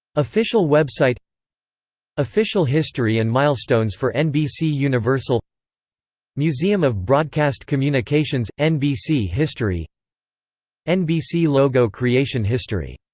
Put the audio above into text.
official website official history and milestones for nbc universal museum of broadcast communications nbc history nbc logo creation history